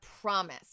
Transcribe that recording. promise